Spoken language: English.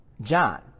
John